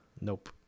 Nope